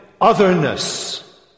otherness